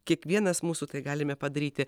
kiekvienas mūsų tai galime padaryti